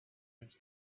its